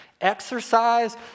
exercise